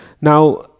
now